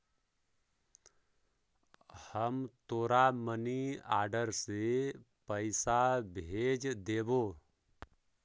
हम तोरा money order से पइसा भेज देबो